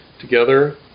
together